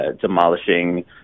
demolishing